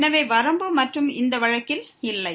எனவே வரம்பு மற்றும் இந்த வழக்கில் இல்லை